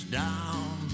down